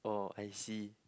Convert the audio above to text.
uh I see